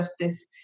justice